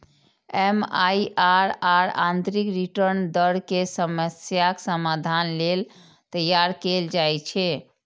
MIRR आंतरिक return दर के समस्याक समाधान लेल तैयार कैल जाइ छै